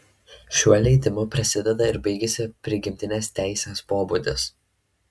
šiuo leidimu prasideda ir baigiasi prigimtinis teisės pobūdis